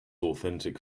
authentic